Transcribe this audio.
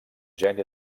geni